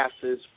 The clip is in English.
passes